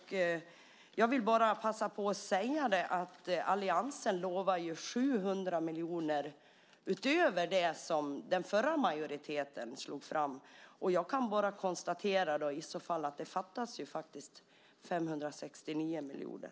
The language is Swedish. Jag vill bara passa på att säga en sak. Alliansen lovar ju 700 miljoner utöver det som den förra majoriteten slog fast. Jag kan då bara konstatera att det ju faktiskt fattas 569 miljoner.